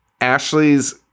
Ashley's